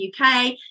UK